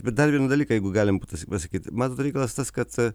bet dar vieną dalyką jeigu galim pasakyt matot reikalas tas kad